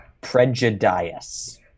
Prejudice